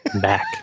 back